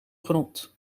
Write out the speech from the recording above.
grond